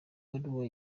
baruwa